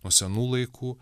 nuo senų laikų